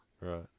Right